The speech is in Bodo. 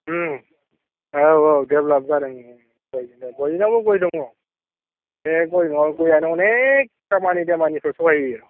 औ औ डेभल'प जादों बयनावबो गय दङ बे गयानो अनेक खामानि दामानिफ्राव सहाय होयो